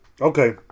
okay